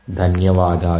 ధన్యవాదాలు